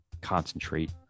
concentrate